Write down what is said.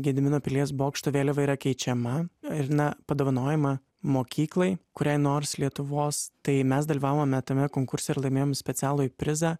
gedimino pilies bokšto vėliava yra keičiama ir na padovanojama mokyklai kuriai nors lietuvos tai mes dalyvavome tame konkurse ir laimėjom specialųjį prizą